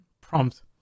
prompt